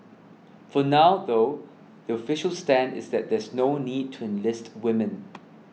for now though the official stand is that there's no need to enlist women